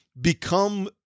become